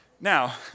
Now